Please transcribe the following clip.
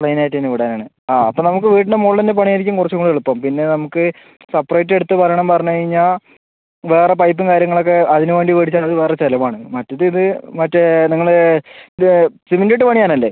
plain ആയിട്ട് തന്നെ ഇടാനാണ് ആ അപ്പം നമുക്ക് വീടിൻ്റെ മുകളിൽ ഉള്ള പണി ആയിരിക്കും കുറച്ചും കൂടെ എളുപ്പം പിന്നെ നമുക്ക് സെപ്പറേറ്റ് എടുത്ത് പറയണം എന്ന് പറഞ്ഞ് കഴിഞ്ഞാൽ വേറെ പൈപ്പും കാര്യങ്ങളൊക്കെ അതിന് വേണ്ടി മേടിച്ചാൽ അത് വേറെ ചിലവാണ് മറ്റേത് ഇത് മറ്റേ നിങ്ങള് ഇത് സിമൻറ്റ് ഇട്ട് പണിയാൻ അല്ലേ